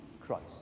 Christ